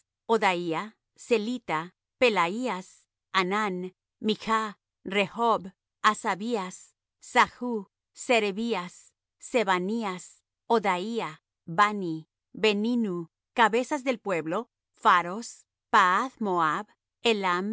odaía celita pelaías hanán mich rehob hasabías zach serebías sebanías odaía bani beninu cabezas del pueblo pharos pahath moab elam